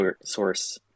source